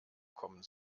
kommen